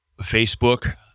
Facebook